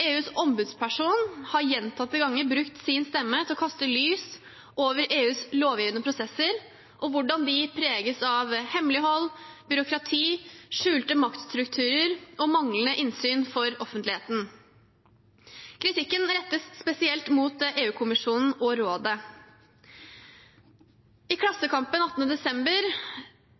EUs ombudsperson har gjentatte ganger brukt sin stemme til å kaste lys over EUs lovgivende prosesser og hvordan de preges av hemmelighold, byråkrati, skjulte maktstrukturer og manglende innsyn for offentligheten. Kritikken rettes spesielt mot EU-kommisjonen og Rådet. I Klassekampen 18. desember,